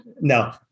no